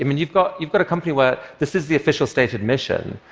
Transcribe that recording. i mean, you've got you've got a company where this is the official stated mission.